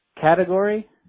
category